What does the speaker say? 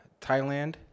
Thailand